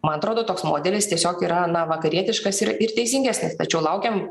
man atrodo toks modelis tiesiog yra na vakarietiškas ir ir teisingesnis tačiau laukiam